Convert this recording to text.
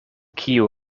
kiu